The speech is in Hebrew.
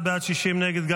51 בעד, 60 נגד.